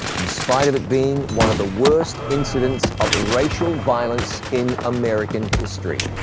in spite of it being one of the worst incidents of racial violence in american history.